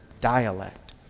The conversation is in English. dialect